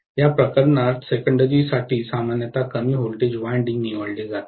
या प्रकरणात सेकंडेरी साठी सामान्यतः कमी व्होल्टेज वायंडिंग निवडले जाते